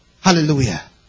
Hallelujah